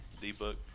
D-Book